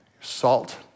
Salt